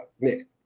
Nick